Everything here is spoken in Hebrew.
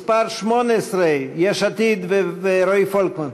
מס' 18, יש עתיד ורועי פולקמן.